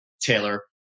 Taylor